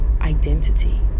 identity